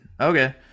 Okay